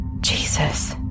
Jesus